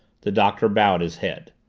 the doctor bowed his head.